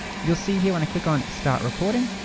you'll see here when i click on start recording,